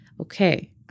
okay